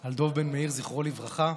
על דב בן-מאיר, זכרו לברכה,